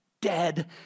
dead